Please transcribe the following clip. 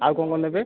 ଆଉ କଣ କଣ ନେବେ